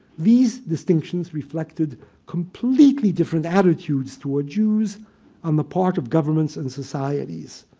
these distinctions reflected completely different attitudes toward jews on the part of governments and societies.